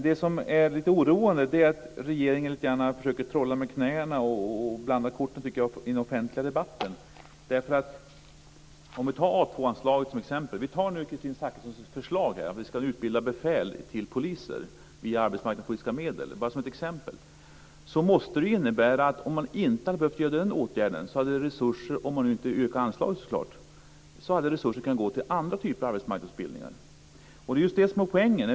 Det som är oroande är att regeringen lite grann försöker trolla med knäna och blanda korten i den offentliga debatten. Om vi tar Kristina Zakrissons förslag att befäl ska utbildas till poliser via arbetsmarknadspolitiska medel som exempel, måste det ju innebära att om man inte hade behövt vidta den åtgärden så hade resurser - om man nu inte hade ökat anslagen så klart - kunnat gå till andra typer av arbetsmarknadsutbildningar. Det är just det som är poängen.